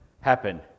happen